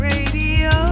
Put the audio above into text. Radio